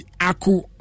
aku